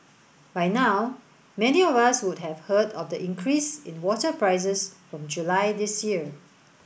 by now many of us would have heard of the increase in water prices from July this year